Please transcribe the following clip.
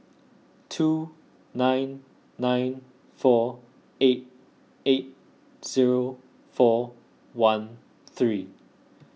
two nine nine four eight eight zero four one three